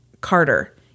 Carter